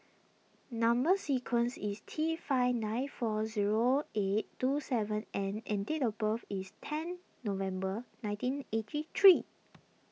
Number Sequence is T five nine four zero eight two seven N and date of birth is ten November nineteen eighty three